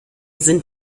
sind